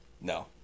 No